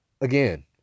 again